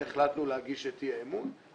ולכן, החלטנו להגיש את אי האמון.